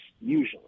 usually